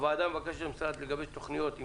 הוועדה מבקשת ממשרד התקשורת לגבש תוכניות עם